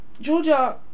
Georgia